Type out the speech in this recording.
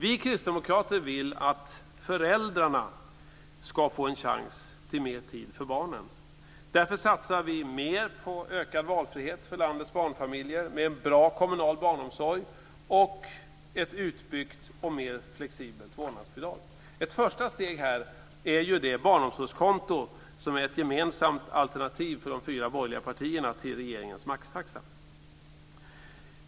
Vi kristdemokrater vill att föräldrarna ska få en chans till mer tid för barnen. Därför satsar vi mer på ökad valfrihet för landets barnfamiljer med en bra kommunal barnomsorg och ett utbyggt och mer flexibelt vårdnadsbidrag. Ett första steg är det barnomsorgskonto som är ett gemensamt alternativ från de fyra borgerliga partierna till regeringens maxtaxa.